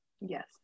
yes